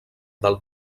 del